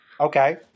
Okay